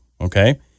okay